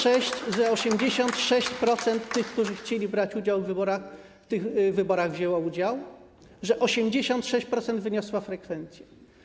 Że 86% tych, którzy chcieli brać udział w wyborach, w tych wyborach wzięło udział, że 86% wyniosła frekwencja.